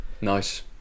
nice